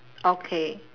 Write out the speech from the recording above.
okay